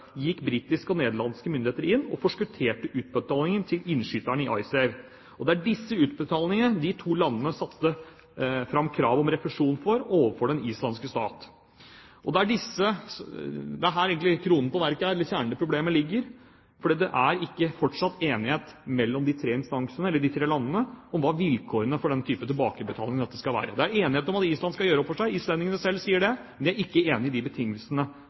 gikk britiske og nederlandske myndigheter inn og forskutterte utbetalingen til innskyterne i IceSave. Det er disse utbetalingene de to landene satte fram krav om refusjon for overfor den islandske stat. Og det er her kronen på verket er, eller kjernen i problemet ligger, for det er fortsatt ikke enighet mellom de tre landene om vilkårene for tilbakebetalingen. Det er enighet om at Island skal gjøre opp for seg, islendingene selv sier det, men de er ikke enige i de betingelsene